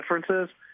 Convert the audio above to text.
differences